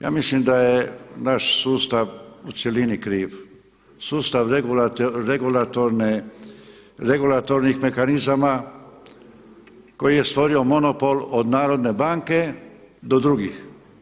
Ja mislim da je naš sustav u cjelini kriv, sustav regulatornih mehanizama koji je stvorio monopol od Narodne banke do drugih.